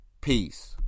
Peace